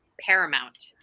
paramount